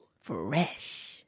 Fresh